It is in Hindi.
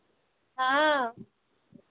कहाँ